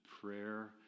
prayer